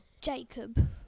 Jacob